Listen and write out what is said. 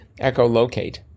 Echolocate